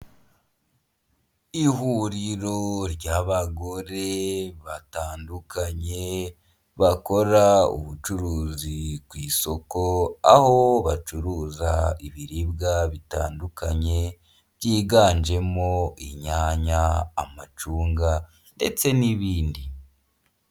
Ihuriro ry'abagore batandukanye bakora ubucuruzi ku isoko, aho bacuruza ibiribwa bitandukanye, byiganjemo inyanya, amacunga, ndetse n'ibindi,